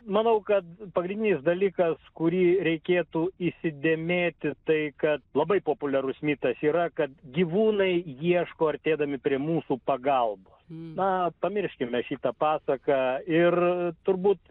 manau kad pagrindinis dalykas kurį reikėtų įsidėmėti tai kad labai populiarus mitas yra kad gyvūnai ieško artėdami prie mūsų pagalbos na pamirškime šitą pasaką ir turbūt